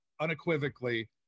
unequivocally